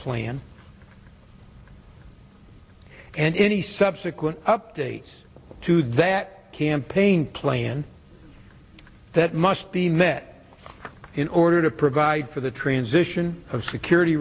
plan and any subsequent updates to that campaign plan that must be met in order to provide for the transition of security